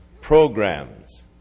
programs